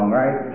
right